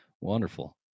Wonderful